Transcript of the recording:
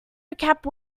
recap